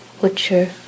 butcher